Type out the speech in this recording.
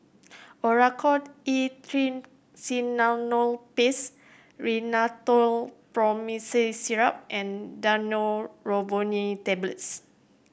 Oracort E Triamcinolone Paste Rhinathiol Promethazine Syrup and Daneuron Neurobion Tablets